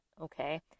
okay